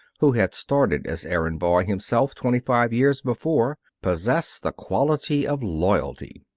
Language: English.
who had started as errand boy himself twenty-five years before possessed the quality of loyalty.